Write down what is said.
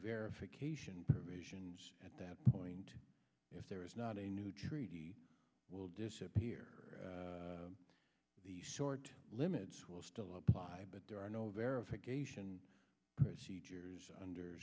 verification provisions at that point if there is not a new treaty will disappear the limits will still apply but there are no verification procedures under